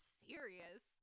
serious